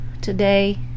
today